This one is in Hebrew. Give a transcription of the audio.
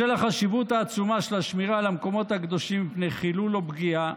בשל החשיבות העצומה של השמירה על המקומות הקדושים מפני חילול או פגיעה,